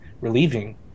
relieving